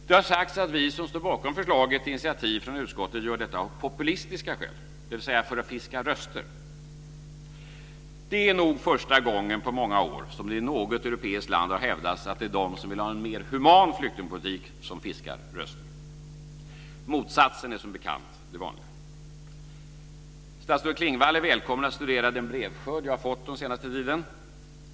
Det har sagts att vi som står bakom förslag till initiativ från utskottet gör detta av populistiska skäl, dvs. för att fiska röster. Det är nog första gången på många år som det i något europeiskt land har hävdats att det är de som vill ha en mer human flyktingpolitik som fiskar röster. Motsatsen är som bekant det vanliga. Statsrådet Klingvall är välkommen att studera den brevskörd jag fått den senaste tiden.